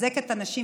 נחזק את הנשים,